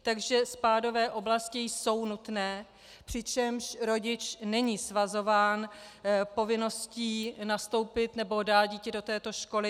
Takže spádové oblasti jsou nutné, přičemž rodič není svazován povinností nastoupit nebo dát dítě do této školy.